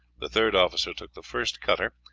the third officer took the first cutter,